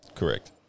Correct